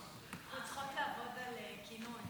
"מה' מצעדי גבר כונָנוּ".